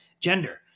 gender